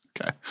Okay